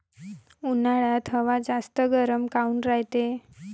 उन्हाळ्यात हवा जास्त गरम काऊन रायते?